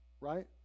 right